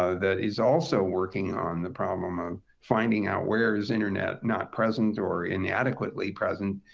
ah that is also working on the problem of finding out where is internet not present or inadequately present,